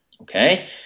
Okay